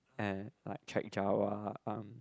and like Chek-Jawa um